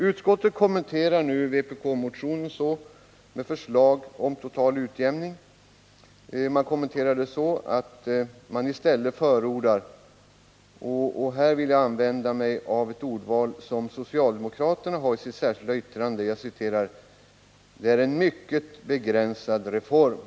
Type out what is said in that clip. Utskottets kommentar till vpk-motionens förslag om total utjämning innebär i korthet att man i stället förordar — här vill jag använda mig av ett ordval som återfinns i socialdemokraternas särskilda yttrande — en mycket begränsad reform.